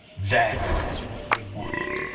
that is what we wanted.